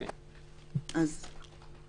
בסדר.